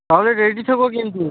তাহলে রেডি থেকো কিন্তু